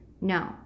No